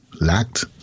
lacked